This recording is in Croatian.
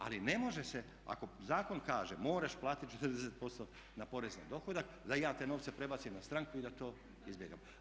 Ali ne može se, ako zakon kaže moraš platiti 40% na porez na dohodak da ja te novce prebacim na stranku i da to izbjegnem.